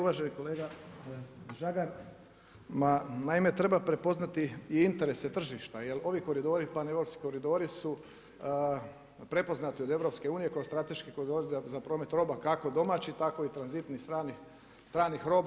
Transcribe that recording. Uvaženi kolega Žagar, ma naime treba prepoznati i interese tržišta jer ovi koridori paneuropski koridori su prepoznati od EU kao strateški koridori za promet roba kako domaćih, tako i tranzitnih, stranih roba.